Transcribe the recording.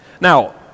Now